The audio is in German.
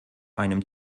einem